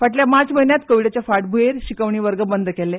फाटल्या मार्च म्हयन्यान कोविडाच्या फांटभूयेर शिकवणी वर्ग बंद केल्ले